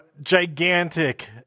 gigantic